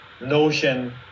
Notion